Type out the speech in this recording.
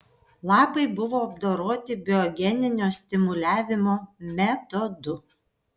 lapai buvo apdoroti biogeninio stimuliavimo metodu